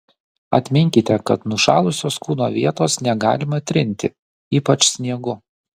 atminkite kad nušalusios kūno vietos negalima trinti ypač sniegu